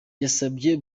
yasabye